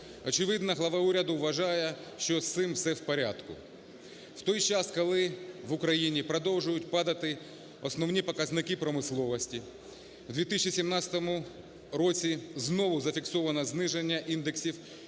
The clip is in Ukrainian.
Очевидно, глава уряду вважає, що з цим все в порядку, в той час коли в Україні продовжують падати основні показники промисловості. У 2017 році знову зафіксовано зниження індексів